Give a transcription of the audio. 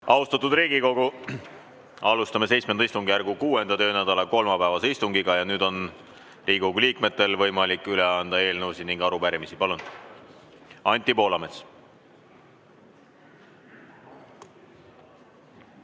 Austatud Riigikogu! Alustame VII istungjärgu 6. töönädala kolmapäevast istungit. Nüüd on Riigikogu liikmetel võimalik üle anda eelnõusid ja arupärimisi. Palun, Anti Poolamets!